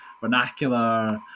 vernacular